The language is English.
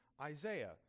Isaiah